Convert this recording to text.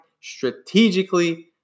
strategically